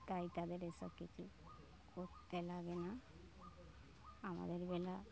তাই তাদের এসব কিছু করতে লাগে না আমাদের বেলা